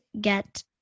get